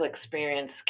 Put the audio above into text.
experience